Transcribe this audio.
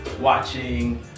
watching